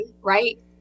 right